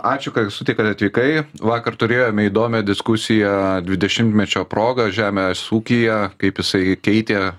ačiū kad sutikot atvykai vakar turėjome įdomią diskusiją dvidešimtmečio proga žemės ūkyje kaip jisai keitė